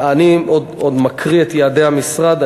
אני עוד מקריא את יעדי המשרד,